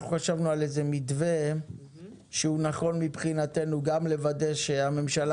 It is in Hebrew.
אנחנו חשבנו על איזה מתווה שהוא נכון מבחינתנו גם לוודא שהממשלה